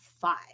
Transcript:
Five